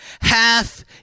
half